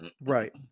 Right